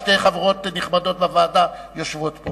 שתי חברות נכבדות בוועדה יושבות פה.